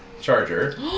charger